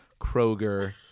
Kroger